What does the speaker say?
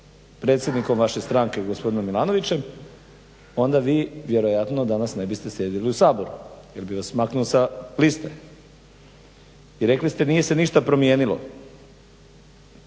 predsjednikom vaše stranke gospodinom Milanovićem onda vi vjerojatno danas ne bi ste sjedili u Saboru jer bi vas maknuo sa liste i rekli ste nije se ništa promijenilo.